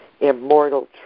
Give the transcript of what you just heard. immortal